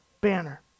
banner